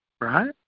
right